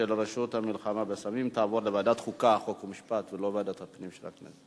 עברה בקריאה ראשונה והיא תעבור להמשך דיון בוועדת הפנים של הכנסת.